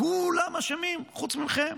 כולם אשמים חוץ מכם?